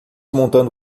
montando